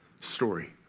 story